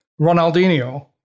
Ronaldinho